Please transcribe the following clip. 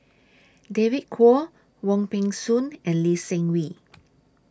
David Kwo Wong Peng Soon and Lee Seng Wee